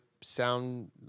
sound